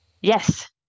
Yes